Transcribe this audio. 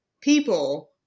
people